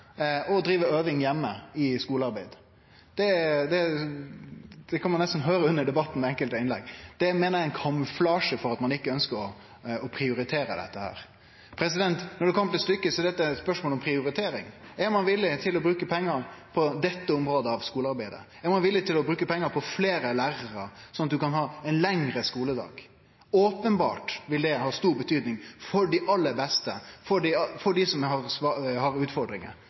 å drive øving i skulearbeid heime – det kan ein nesten høyre under debatten i enkelte innlegg. Det meiner eg er ein kamuflasje for at ein ikkje ønskjer å prioritere dette. Når det kjem til stykket, er dette eit spørsmål om prioritering: Er ein villig til å bruke pengar på dette området av skulearbeidet? Er ein villig til å bruke pengar på fleire lærarar, slik at ein kan ha ein lengre skuledag? Openbert vil det ha mykje å seie for dei aller beste, for dei som har utfordringar